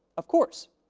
of course.